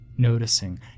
noticing